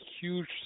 huge